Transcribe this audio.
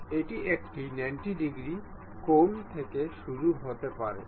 এবং এটি একটি 90 ডিগ্রী কোণ থেকে শুরু হতে পারে